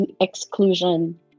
exclusion